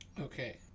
Okay